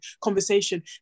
conversation